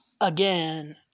again